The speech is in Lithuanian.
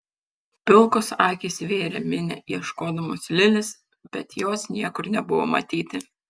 pilkos akys vėrė minią ieškodamos lilės bet jos niekur nebuvo matyti